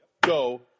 go